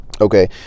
Okay